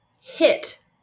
hit